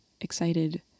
excited